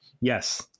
Yes